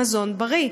מזון בריא.